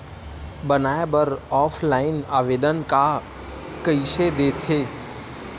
बनाये बर ऑफलाइन आवेदन का कइसे दे थे?